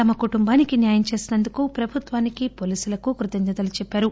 తమ కుటుంబానికి న్యాయం చేసినందుకు ప్రభుత్వానికి పోలీసులకు కృతజ్ఞతలు తెలిపారు